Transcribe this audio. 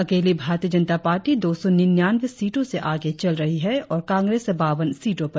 अकेली भारतीय जनता पार्टी दो सौ निन्यानवे सीटों से आगे चल रही है और कांग्रेस बावन सीटों पर